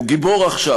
הוא גיבור עכשיו,